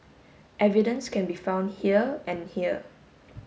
evidence can be found here and here